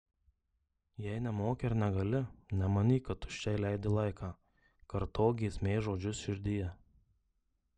jei nemoki ar negali nemanyk kad tuščiai leidi laiką kartok giesmės žodžius širdyje